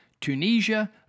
Tunisia